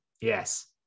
yes